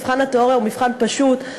מבחן התיאוריה הוא מבחן פשוט.